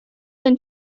than